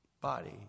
body